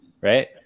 right